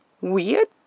weird